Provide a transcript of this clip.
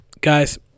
Guys